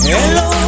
Hello